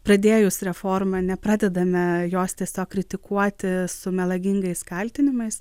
pradėjus reformą nepradedame jos tiesiog kritikuoti su melagingais kaltinimais